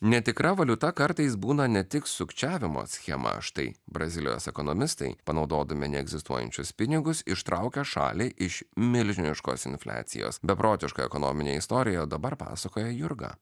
netikra valiuta kartais būna ne tik sukčiavimo schema štai brazilijos ekonomistai panaudodami neegzistuojančius pinigus ištraukė šalį iš milžiniškos infliacijos beprotišką ekonominę istorijoją dabar pasakoja jurga